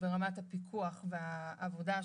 שברמת הפיקוח והעבודה השוטפת,